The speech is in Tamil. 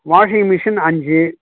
வாஷிங் மிஷின் அஞ்சு